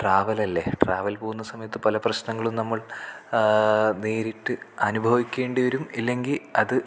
ട്രാവലല്ലേ travel പോകുന്ന സമയത്ത് പല പ്രശ്നങ്ങളും നമ്മൾ നേരിട്ട് അനുഭവിക്കേണ്ടിവരും ഇല്ലെങ്കിൽ അത്